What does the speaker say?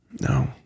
No